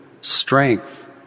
strength